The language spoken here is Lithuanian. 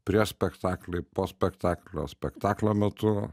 prieš spektaklį po spektaklio spektaklio metu